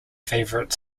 favorite